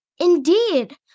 Indeed